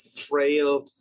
frail